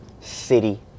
city